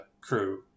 crew